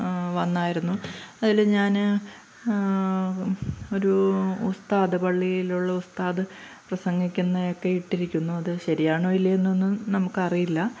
വന്നിരുന്നു അതിൽ ഞാൻ ഒരു ഉസ്താദ് പള്ളിയിലുള്ള ഉസ്താദ് പ്രസംഗിക്കുന്നത് കേട്ടിരിക്കുന്നു അത് ശരിയാണോ ഇല്ലയോയെന്നൊന്നും നമുക്കറിയില്ല